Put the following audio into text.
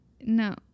No